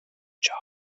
جادو